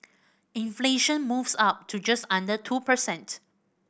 inflation moves up to just under two percent